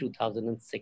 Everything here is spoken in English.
2006